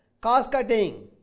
cost-cutting